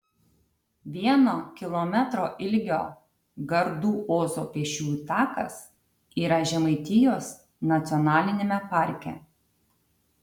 vieno kilometro ilgio gardų ozo pėsčiųjų takas yra žemaitijos nacionaliniame parke